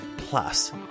Plus